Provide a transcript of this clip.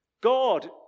God